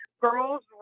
Girls